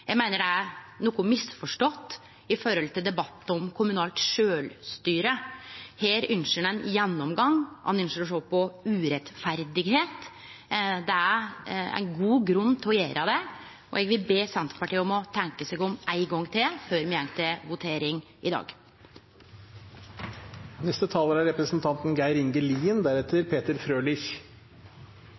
Eg meiner det er noko misforstått knytt til debatten om kommunalt sjølvstyre. Her ynskjer ein ein gjennomgang, ein ynskjer å sjå på urett. Det er ein god grunn til å gjere det, og eg vil be Senterpartiet om å tenkje seg om ein gong til før me går til votering i dag. Når det gjeld forslag nr. 1, frå Kristeleg Folkeparti, er